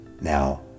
Now